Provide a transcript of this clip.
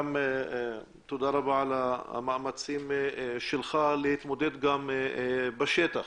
תודה על המאמצים שלך להתמודד בשטח